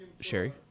Sherry